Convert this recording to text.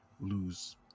lose